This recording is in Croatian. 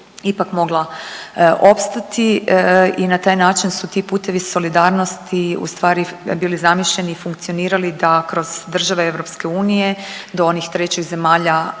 ipak mogla opstati i na taj način su ti putevi solidarnosti ustvari bili zamišljeni i funkcionirali da kroz države EU do onih trećih zemalja